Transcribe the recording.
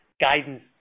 guidance